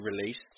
released